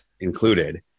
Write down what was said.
included